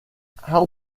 how